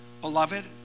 Beloved